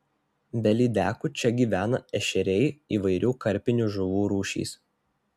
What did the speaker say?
be lydekų čia gyvena ešeriai įvairių karpinių žuvų rūšys